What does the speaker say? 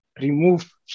remove